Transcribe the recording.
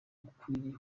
ukwiriye